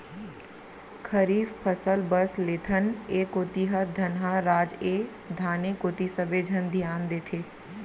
खरीफ फसल बस लेथन, ए कोती ह धनहा राज ए धाने कोती सबे झन धियान देथे